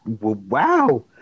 Wow